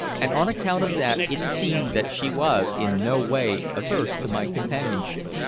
and on account of that it seemed that she was in no way averse to my companionship.